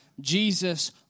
Jesus